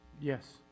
Yes